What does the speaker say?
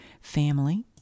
family